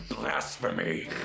blasphemy